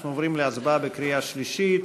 אנחנו עוברים להצבעה בקריאה שלישית.